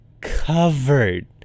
covered